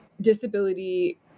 disability